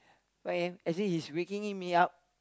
five A_M as if he's waking me up